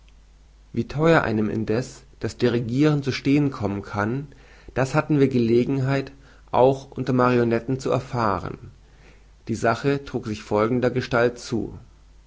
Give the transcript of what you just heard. wie theuer einem indeß das dirigiren zu stehen kommen kann das hatten wir gelegenheit auch unter marionetten zu erfahren die sache trug sich folgendergestalt zu